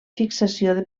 fixació